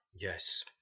Yes